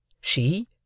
She